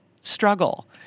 struggle